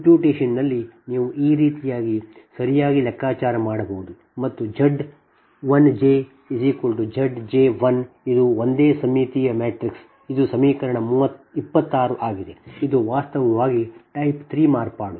ಕಂಪ್ಯೂಟೇಶನಲ್ನಲ್ಲಿ ನೀವು ಈ ರೀತಿ ಸರಿಯಾಗಿ ಲೆಕ್ಕಾಚಾರ ಮಾಡಬಹುದು ಮತ್ತು Z 1j Z j1 ಇದು ಒಂದೇ ಸಮ್ಮಿತೀಯ ಮ್ಯಾಟ್ರಿಕ್ಸ್ ಇದು ಸಮೀಕರಣ 26 ಆಗಿದೆ ಇದು ವಾಸ್ತವವಾಗಿ ಟೈಪ್ 3 ಮಾರ್ಪಾಡು